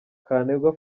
kantengwa